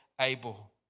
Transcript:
able